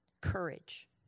courage